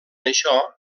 això